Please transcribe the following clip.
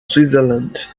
switzerland